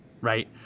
right